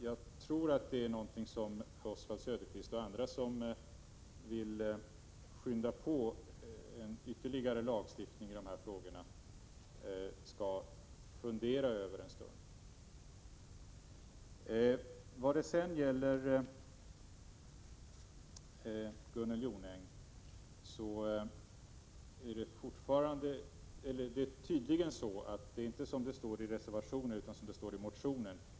Jag tror att detta är någonting som Oswald Söderqvist och andra som vill påskynda ytterligare lagstiftning i dessa frågor skall fundera över en stund. Det är tydligen inte det som står i reservationen som gäller, Gunnel Jonäng, utan det som står i motionen.